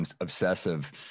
obsessive